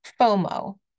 FOMO